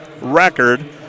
record